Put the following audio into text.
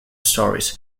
stories